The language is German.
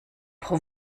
pro